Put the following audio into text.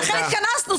לכן התכנסנו.